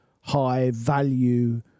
high-value